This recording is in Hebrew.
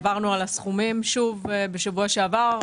עברנו על הסכומים שוב בשבוע שעבר.